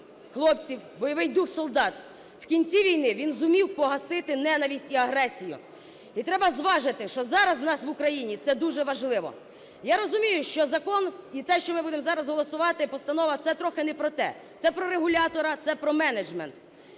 хлопців, бойовий дух солдат. В кінці війни він зумів погасити ненависть і агресію. І треба зважити, що зараз у нас в Україні це дуже важливо. Я розумію, що закон і те, що ми будемо зараз голосувати, і постанова, це трохи не про те, це про регулятора, це про менеджмент.